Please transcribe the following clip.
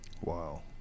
Wow